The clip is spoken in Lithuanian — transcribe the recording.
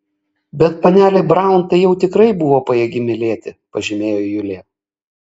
bet panelė braun tai jau tikrai buvo pajėgi mylėti pažymėjo julija